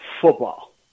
Football